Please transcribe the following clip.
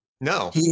No